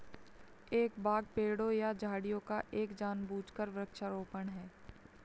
एक बाग पेड़ों या झाड़ियों का एक जानबूझकर वृक्षारोपण है